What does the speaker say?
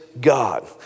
God